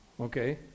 okay